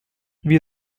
wir